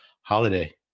holiday